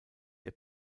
der